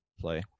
Play